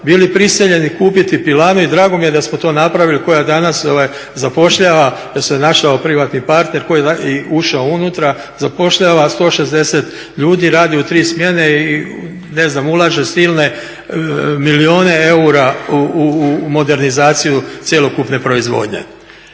bili prisiljeni kupiti pilanu i drago mi je da smo to napravili koja danas zapošljava jer se našao privatni partner koji je ušao unutra zapošljava 160 ljudi. Radi u tri smjene i ne znam ulaže silne milijune eura u modernizaciju cjelokupne proizvodnje.